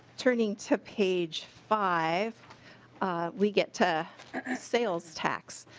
turning to page five we get to sales tax.